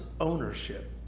ownership